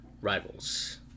rivals